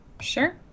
Sure